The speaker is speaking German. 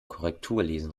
korrekturlesen